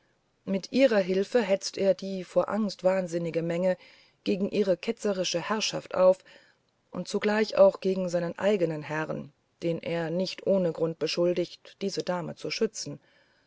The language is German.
mit ihrer hilfe hetzt er die vor angst wahnsinnige menge gegen ihre ketzerische herrschaft auf und zugleich auch gegen seinen eigenen herrn den er nicht ohne grund beschuldigt diese dame zu beschützen